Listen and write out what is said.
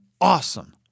awesome